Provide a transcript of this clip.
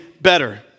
better